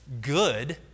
good